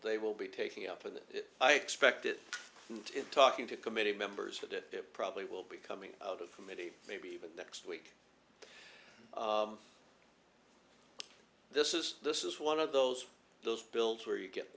they will be taking up and i expect it talking to committee members that it probably will be coming out of committee maybe even next week this is this is one of those those bills where you get